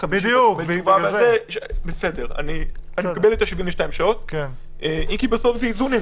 אני מקבל את ה-72 שעות, אם כי בסוף זה איזונים.